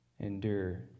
endure